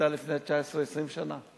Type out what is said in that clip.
עלתה לפני 19, 20 שנה.